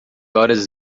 horas